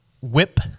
whip